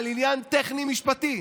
על עניין טכני משפטי,